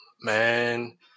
man